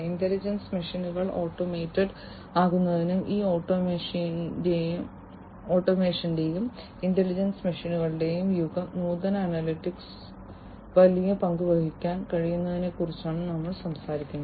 intelligent മെഷീനുകൾ automated ആകുന്നതിനും ഈ ഓട്ടോമേഷന്റെയും ഇന്റലിജന്റ് മെഷീനുകളുടെയും യുഗം നൂതന അനലിറ്റിക്സിന് വലിയ പങ്ക് വഹിക്കാൻ കഴിയുന്നതിനെക്കുറിച്ചാണ് ഞങ്ങൾ സംസാരിക്കുന്നത്